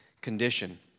condition